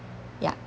yup